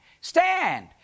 stand